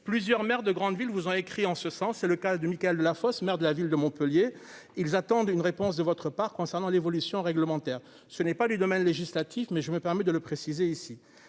plusieurs maires de grandes villes vous ont écrit en ce sens, c'est le cas de Michaël Delafosse, maire de la ville de Montpellier, ils attendent une réponse de votre part, concernant l'évolution réglementaire, ce n'est pas du domaine législatif, mais je me permets de le préciser ici